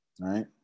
Right